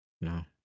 No